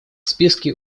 списке